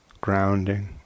grounding